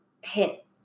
hit